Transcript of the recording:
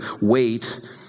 wait